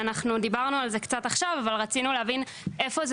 דיברנו על זה עכשיו ורצינו להבין איפה זה